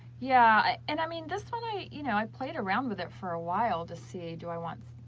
yeah, and i mean this one i, you know, i played around with it for a while to see, do i want,